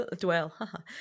dwell